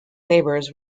labours